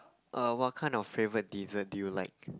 err what kind of favourite dessert do you like